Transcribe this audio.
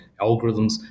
algorithms